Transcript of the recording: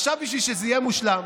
עכשיו, בשביל שזה יהיה מושלם,